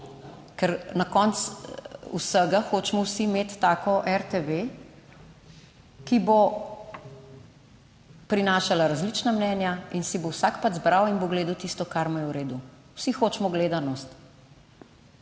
ker na koncu vsega hočemo vsi imeti tako RTV, ki bo prinašala različna mnenja in si bo vsak pač izbral in bo gledal tisto, kar mu je v redu. Vsi hočemo gledanost.